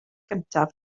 gyntaf